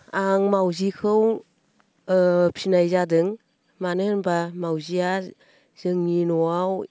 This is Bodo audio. आं मावजिखौ फिनाय जादों मानो होनब्ला मावजिया जोंनि न'आव